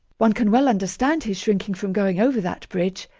one can well understand his shrinking from going over that bridge.